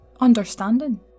understanding